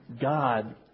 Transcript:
God